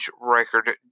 record